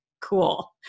cool